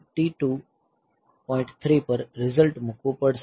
3 પર રિઝલ્ટ મૂકવું પડશે